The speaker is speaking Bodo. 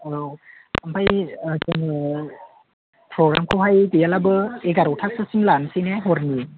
औ ओमफ्राय जोङो प्रग्रामखौहाय गैयाब्लाबो एगारतासोसिम लानोसै ना हरनि